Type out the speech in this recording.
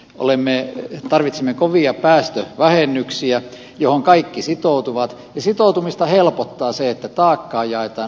olemme me tarvitsemme kovia päästöt vähennyksiä johon kaikki sitoutuvat ja sitoutumista helpottaa se että taakkaa jaetaan